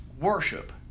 worship